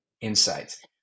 insights